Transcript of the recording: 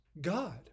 God